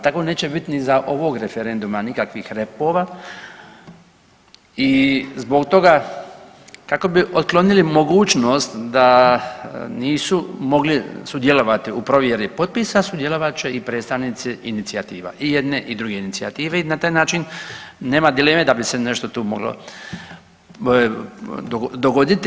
Tako neće bit ni za ovog referenduma nikakvih repova i zbog toga kako bi otklonili mogućnost da nisu mogli sudjelovati u provjeri potpisa sudjelovat će i predstavnici inicijativa i jedne i druge inicijative i na taj način nema dileme da bi se nešto tu moglo dogoditi.